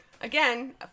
again